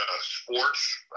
sports